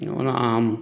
आम